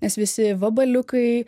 nes visi vabaliukai